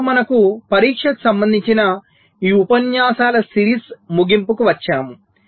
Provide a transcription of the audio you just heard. దీనితో మనము పరీక్షకు సంబంధించిన ఈ ఉపన్యాసాల సిరీస్ ముగింపుకు వచ్చాము